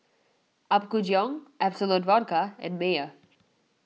Apgujeong Absolut Vodka and Mayer